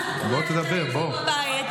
מה זאת אומרת "תריבו בבית"?